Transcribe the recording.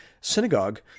synagogue